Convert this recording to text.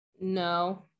No